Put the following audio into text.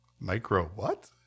Micro-what